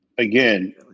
Again